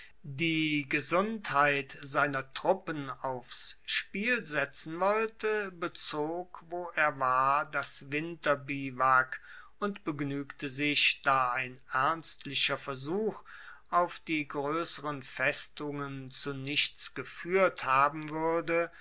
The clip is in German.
die gesundheit seiner truppen aufs spiel setzen wollte bezog wo er war das winterbiwak und begnuegte sich da ein ernstlicher versuch auf die groesseren festungen zu nichts gefuehrt haben wuerde